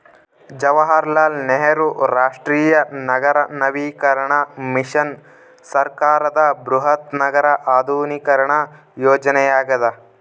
ಜವಾಹರಲಾಲ್ ನೆಹರು ರಾಷ್ಟ್ರೀಯ ನಗರ ನವೀಕರಣ ಮಿಷನ್ ಸರ್ಕಾರದ ಬೃಹತ್ ನಗರ ಆಧುನೀಕರಣ ಯೋಜನೆಯಾಗ್ಯದ